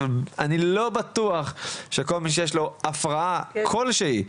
אני לא בטוח שכל מי שיש לו הפרעה כלשהי,